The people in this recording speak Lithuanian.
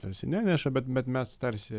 tarsi neneša bet bet mes tarsi